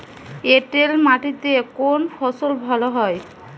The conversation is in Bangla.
এঁটেল মাটিতে কোন ফসল ভালো হয়?